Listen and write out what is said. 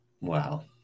Wow